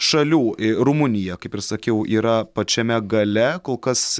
šalių e rumunija kaip ir sakiau yra pačiame gale kol kas